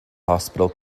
hospital